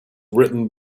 written